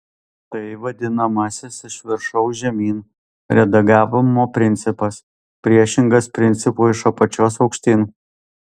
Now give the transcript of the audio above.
tai vadinamasis iš viršaus žemyn redagavimo principas priešingas principui iš apačios aukštyn